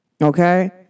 Okay